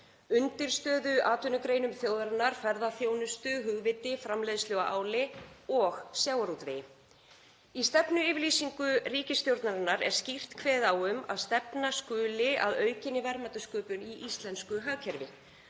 undirstöðuatvinnugreinum þjóðarinnar; ferðaþjónustu, hugviti, framleiðslu á áli og sjávarútvegi. Í stefnuyfirlýsingu ríkisstjórnarinnar er skýrt kveðið á um að stefna skuli að aukinni verðmætasköpun í íslensku hagkerfi.